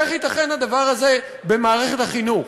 איך ייתכן הדבר הזה במערכת החינוך?